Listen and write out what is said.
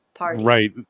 right